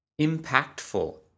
Impactful